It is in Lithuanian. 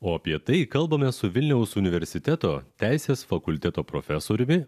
o apie tai kalbamės su vilniaus universiteto teisės fakulteto profesoriumi